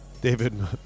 David